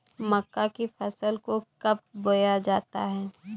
मक्का की फसल को कब बोया जाता है?